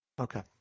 Okay